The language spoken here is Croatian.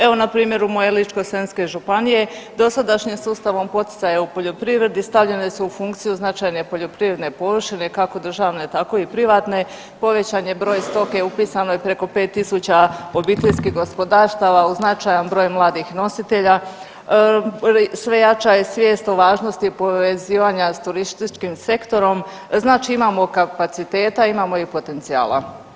Evo npr. u mojoj Ličko-senjske županije dosadašnjim sustavom poticaja u poljoprivredi stavljene su u funkciju značajne poljoprivredne površine kako državne tako i privatne, povećan je broj stoke upisano je preko 5.000 obiteljskih gospodarstava u značajan broj mladih nositelja, sve jača je svijest o važnosti povezivanja s turističkim sektorom, znači imamo i kapaciteta imamo i potencijala.